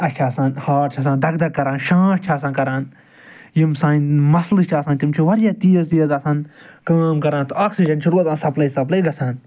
اَسہِ چھِ آسان ہاٹ چھِ آسان دَگہٕ دَگہٕ کران شانش چھِ آسان کران یِم سانہِ مَسلٕس چھِ آسان تِم چھِ واریاہ تیز تیز آسان کٲم کران تہٕ آکسِجَن چھِ روزان سَپلٕے سَپلٕے گژھان